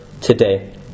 today